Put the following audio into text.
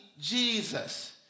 Jesus